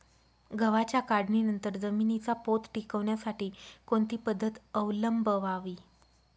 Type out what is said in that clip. गव्हाच्या काढणीनंतर जमिनीचा पोत टिकवण्यासाठी कोणती पद्धत अवलंबवावी?